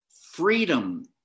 freedom